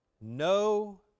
no